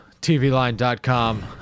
TVLine.com